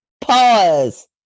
pause